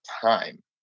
time